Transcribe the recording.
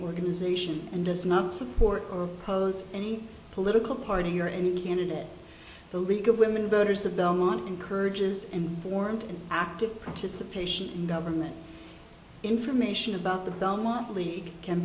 organization and does not support or oppose any political party or in candidate the league of women voters the belmont encourages informed and active participation in government information about the belmont league can